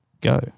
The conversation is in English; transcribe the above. go